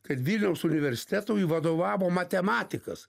kad vilniaus universitetui vadovavo matematikas